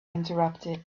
interrupted